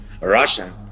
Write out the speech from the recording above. Russia